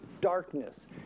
darkness